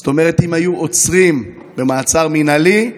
זאת אומרת, אם היו עצורים במעצר מינהלי,